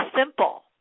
simple